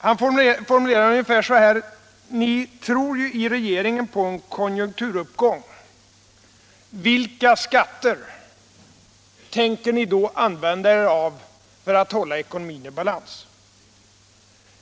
Han formulerade frågan ungefär så: Ni i regeringen tror ju på en konjunkturuppgång; vilka skatter tänker ni då använda er av för att hålla ekonomin i balans?